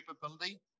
capability